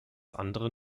andere